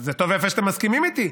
זה טוב ויפה שאתם מסכימים איתי.